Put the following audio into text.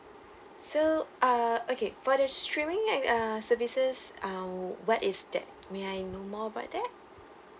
so uh okay for the streaming and uh services uh what is that may I know more about that